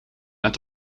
net